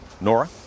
Nora